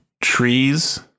Trees